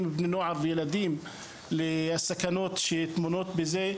בני נוער וילדים לסכנות שטמונות בזה,